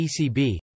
ECB